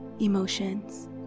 emotions